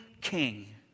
king